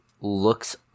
looks